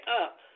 up